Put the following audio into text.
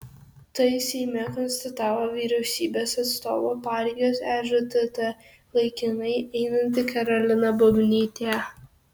tai seime konstatavo vyriausybės atstovo pareigas ežtt laikinai einanti karolina bubnytė